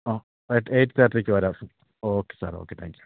ആ eight eight തേർട്ടിക്കു വരാം sir okay sir okay thank you